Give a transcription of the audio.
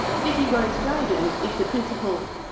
vikki rose graydon is the principal.